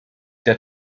der